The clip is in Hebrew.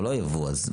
זה לא ייבוא, אז מה?